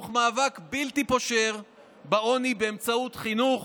תוך מאבק בלתי מתפשר בעוני באמצעות חינוך,